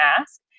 ask